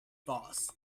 boss